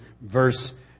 verse